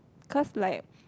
cause like